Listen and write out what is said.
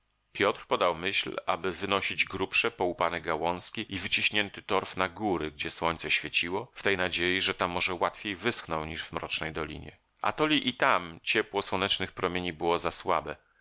piotr podał myśl aby wynosić grubsze połupane gałązki i wyciśnięty torf na góry gdzie słońce świeciło w tej nadziei że tam może łatwiej wyschną niż w mrocznej dolinie atoli i tam ciepło słonecznych promieni było za słabe